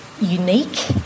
unique